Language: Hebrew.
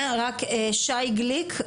לשי גליק,